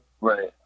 Right